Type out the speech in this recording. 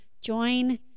join